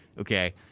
Okay